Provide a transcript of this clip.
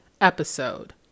episode